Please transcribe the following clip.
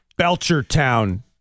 Belchertown